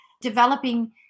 developing